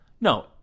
no